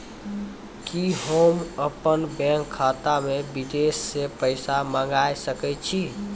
कि होम अपन बैंक खाता मे विदेश से पैसा मंगाय सकै छी?